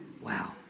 Wow